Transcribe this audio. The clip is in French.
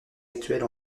actuelle